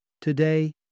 Today